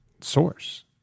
source